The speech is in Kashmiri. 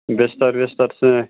بِستَر وِستَر سۭتۍ